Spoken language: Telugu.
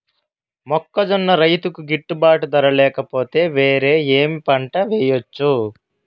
మొక్కజొన్న రైతుకు గిట్టుబాటు ధర లేక పోతే, వేరే ఏమి పంట వెయ్యొచ్చు?